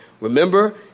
Remember